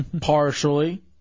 Partially